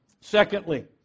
Secondly